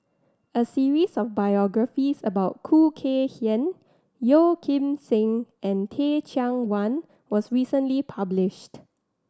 a series of biographies about Khoo Kay Hian Yeo Kim Seng and Teh Cheang Wan was recently published